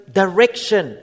direction